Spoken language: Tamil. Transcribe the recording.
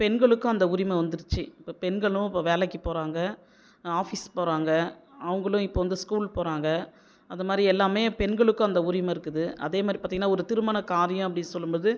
பெண்களுக்கும் அந்த உரிமை வந்துருச்சு இப்போ பெண்களும் இப்போ வேலைக்கு போகிறாங்க ஆபிஸ் போகிறாங்க அவங்களும் இப்போ வந்து ஸ்கூல் போகிறாங்க அதை மாதிரி எல்லாமே பெண்களுக்கும் அந்த உரிமை இருக்குது அதேமாதிரி பார்த்தீங்கன்னா ஒரு திருமண காரியம் அப்படி சொல்லும் போது